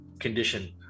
condition